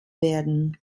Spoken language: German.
werden